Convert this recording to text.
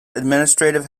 administrative